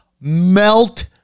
melt